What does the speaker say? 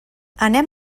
anem